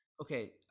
okay